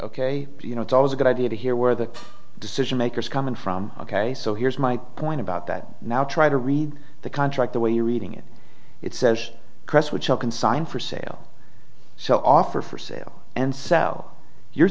ok you know it's always a good idea to hear where the decision makers coming from ok so here's my point about that now try to read the contract the way you're reading it it says press which i can sign for sale so offer for sale and sell your